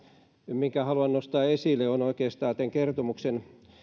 minkä haluan nostaa esille on oikeastaan tämän kertomuksen